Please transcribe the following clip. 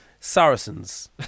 Saracens